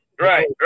right